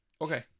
Okay